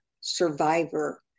survivor